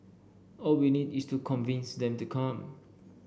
all we need is to convince them to come